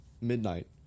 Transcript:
midnight